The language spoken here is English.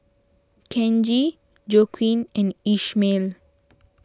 Kenji Joaquin and Ishmael